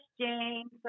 James